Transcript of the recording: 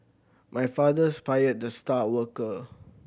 my fathers fired the star worker